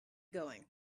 going